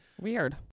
Weird